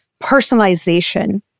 personalization